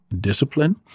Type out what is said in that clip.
discipline